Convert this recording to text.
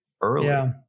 early